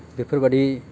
बेफोरबादि